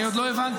אני עוד לא הבנתי.